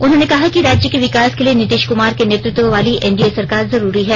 उन्होंने कहा कि राज्य के विकास के लिए नीतीश कुमार के नेतृत्व वाली एनडीए सरकार जरूरी है